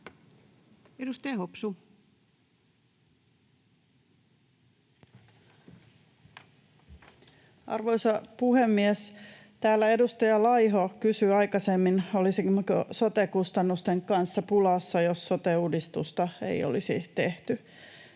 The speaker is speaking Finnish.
Content: Arvoisa puhemies! Täällä edustaja Laiho kysyi aikaisemmin, olisimmeko sote-kustannusten kanssa pulassa, jos sote-uudistusta ei olisi tehty.